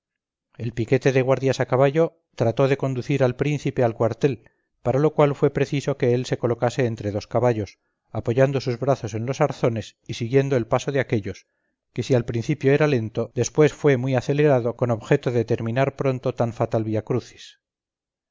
el piquete de guardias de a caballo trató de conducir al príncipe al cuartel para lo cual fue preciso que él se colocase entre dos caballos apoyando sus brazos en los arzones y siguiendo el paso de aquellos que si al principio era lento después fue muy acelerado con objeto de terminar pronto tan fatal viacrucis